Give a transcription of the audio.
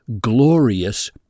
glorious